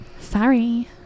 Sorry